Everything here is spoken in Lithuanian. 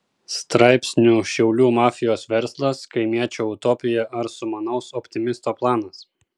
straipsnių šiaulių mafijos verslas kaimiečio utopija ar sumanaus optimisto planas